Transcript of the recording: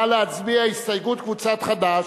הסתייגות קבוצת חד"ש.